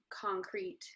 concrete